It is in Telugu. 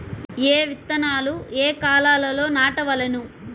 ఏ విత్తనాలు ఏ కాలాలలో నాటవలెను?